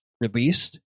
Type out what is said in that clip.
released